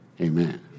amen